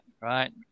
right